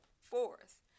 fourth